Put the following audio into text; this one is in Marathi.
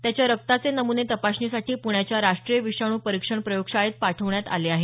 त्याच्या रक्ताचे नम्ने तपासणीसाठी पृण्याच्या राष्ट्रीय विषाणू परीक्षण प्रयोगशाळेत पाठवण्यात आले आहेत